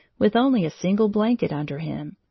with only a single blanket under him,